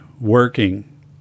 working